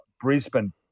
Brisbane